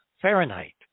Fahrenheit